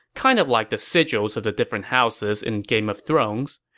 kind of like the sigils of the different houses in game of thrones.